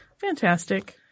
Fantastic